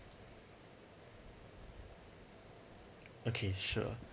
okay sure